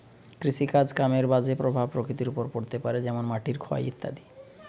কৃষিকাজ কামের বাজে প্রভাব প্রকৃতির ওপর পড়তে পারে যেমন মাটির ক্ষয় ইত্যাদি